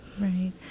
Right